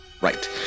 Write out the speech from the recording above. Right